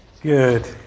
Good